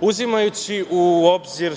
uzimajući u obzir